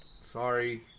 Sorry